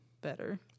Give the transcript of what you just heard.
better